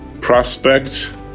Prospect